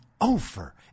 over